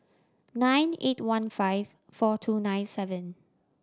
nine eight one five four two nine seven